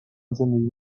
زندگی